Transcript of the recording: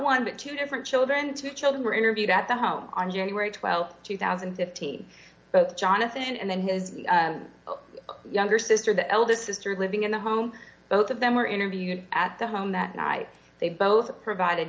one but two different children two children were interviewed at the home on you right well two thousand and fifteen both jonathan and then his younger sister the eldest sister living in the home both of them were interviewed at the home that night they both provided